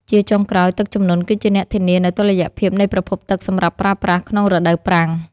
ជាចុងក្រោយ ទឹកជំនន់គឺជាអ្នកធានានូវតុល្យភាពនៃប្រភពទឹកសម្រាប់ប្រើប្រាស់ក្នុងរដូវប្រាំង។